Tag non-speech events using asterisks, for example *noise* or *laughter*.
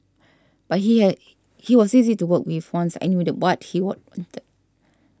but he had he was easy to work with once I knew what he *unintelligible*